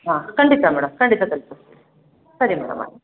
ಹಾಂ ಖಂಡಿತ ಮೇಡಮ್ ಖಂಡಿತ ತಲುಪಿಸ್ತೀವಿ ಸರಿ ಮೇಡಮ್ ಹಾಂ